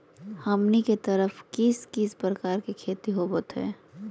हमनी के तरफ किस किस प्रकार के खेती होवत है?